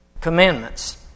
commandments